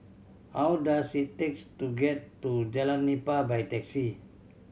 how does it takes to get to Jalan Nipah by taxi